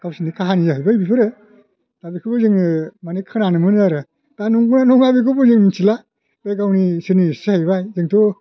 गावसिनि काहानि जाहैबाय बेफोरो दा बेखौबो जोङो माने खोनानो मोनो आरो दा नंगौ ना नङा बेखौ जों मिथिला बे गावसोरनिसो जाहैबाय जोंथ